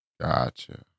Gotcha